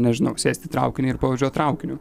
nežinau sėst į traukinį ir pavažiuot traukiniu